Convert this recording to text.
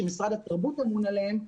שמשרד התרבות אמון עליהם,